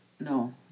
No